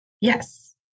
Yes